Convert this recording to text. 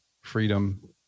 freedom